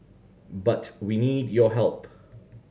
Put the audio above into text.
but we need your help